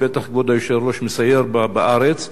ובטח כבוד היושב-ראש מסייר בארץ,